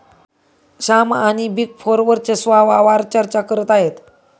श्याम आणि big four वर्चस्वावार चर्चा करत आहेत